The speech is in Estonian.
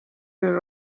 küll